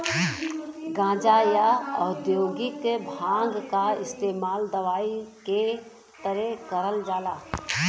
गांजा, या औद्योगिक भांग क इस्तेमाल दवाई के तरे करल जाला